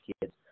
kids